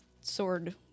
sword